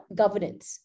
governance